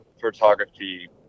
photography